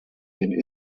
den